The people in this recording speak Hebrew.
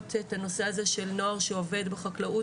את הנושא הזה של נוער שעובד בחקלאות,